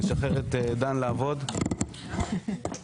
דן, בבקשה.